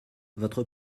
votre